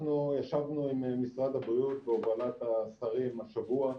אנחנו ישבנו עם משרד הבריאות בהובלת השרים השבוע.